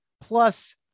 Plus